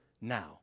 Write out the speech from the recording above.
now